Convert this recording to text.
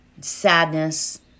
Sadness